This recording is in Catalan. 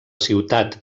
ciutat